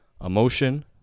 emotion